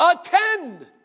Attend